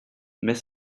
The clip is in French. mes